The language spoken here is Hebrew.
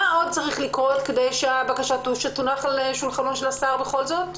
מה עוד צריך לקרות כדי שהבקשה תונח על שולחנו של השר בכל זאת?